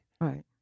Right